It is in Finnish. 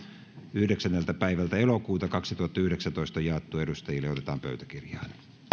yhdeksänneltä päivältä elokuuta kaksituhattayhdeksäntoista on jaettu edustajille ja otetaan pöytäkirjaan